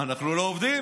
מה, אנחנו לא עובדים?